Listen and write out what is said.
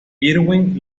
irwin